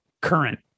current